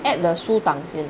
add the 书档先